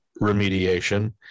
remediation